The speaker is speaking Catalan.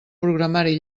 programari